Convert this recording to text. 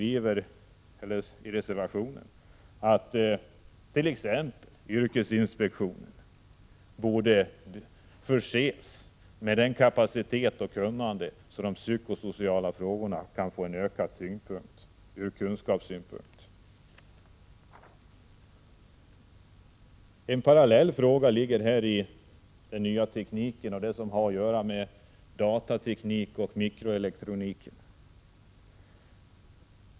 I reservationen föreslår vi t.ex. att yrkesinspektionen förses med sådan kapacitet och sådant kunnande att de psykosociala frågorna får en större tyngd och kan behandlas med större kunskap. En parallell fråga gäller den nya tekniken — datatekniken och mikroelektroniken.